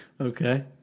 Okay